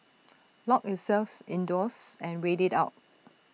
lock yourselves indoors and wait IT out